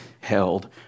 held